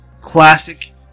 Classic